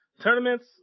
tournaments